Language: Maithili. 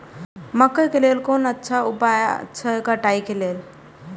मकैय के लेल कोन अच्छा उपाय अछि कटाई के लेल?